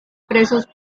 presos